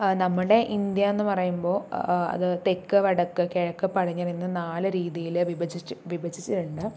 നമ്മുടെ ഇന്ത്യ എന്ന് പറയുമ്പോൾ അത് തെക്ക് വടക്ക് കിഴക്ക് പടിഞ്ഞാറ് എന്ന നാല് രീതിയിൽ വിഭജിച്ച് വിഭജിച്ചിട്ടുണ്ട്